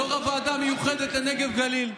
יו"ר הוועדה המיוחדת לנגב ולגליל.